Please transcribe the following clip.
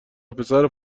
وپسرو